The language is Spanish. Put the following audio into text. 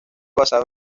basado